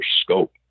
scope